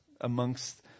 amongst